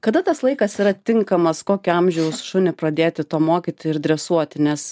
kada tas laikas yra tinkamas kokio amžiaus šunį pradėti to mokyti ir dresuoti nes